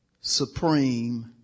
supreme